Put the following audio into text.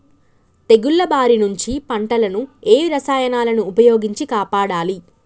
తెగుళ్ల బారి నుంచి పంటలను ఏ రసాయనాలను ఉపయోగించి కాపాడాలి?